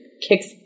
kicks